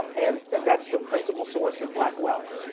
and that's the principle source of black wealth.